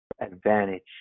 advantage